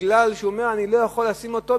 כי הוא אומר: אני לא יכול לשים אותו,